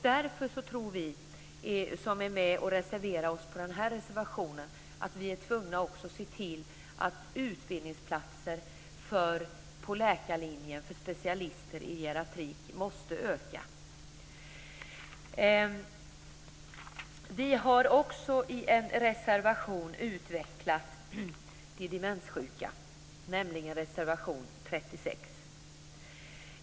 Därför tror vi som är med på den här reservationen att man måste se till att utbildningsplatserna på läkarlinjen för specialister i geriatrik ökar. Vi har också i en reservation tagit upp de demenssjuka, nämligen i reservation nr 36.